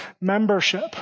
membership